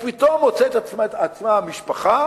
פתאום מוצאת את עצמה המשפחה